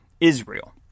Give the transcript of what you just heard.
Israel